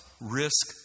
Risk